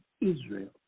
Israel